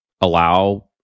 allow